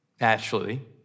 Naturally